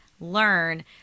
learn